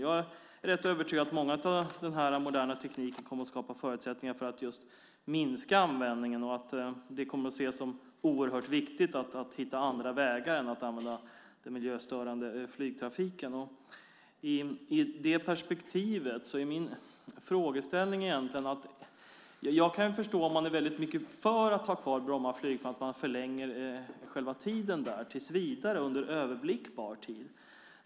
Jag är rätt övertygad om att den här moderna tekniken kommer att skapa förutsättningar för att minska flygtrafiken och att det kommer att ses som oerhört viktigt att hitta andra vägar än att använda den miljöstörande flygtrafiken. Jag kan förstå om man förlänger själva tiden tills vidare, under överblickbar tid, om man är väldigt mycket för att ha kvar Bromma flygplats.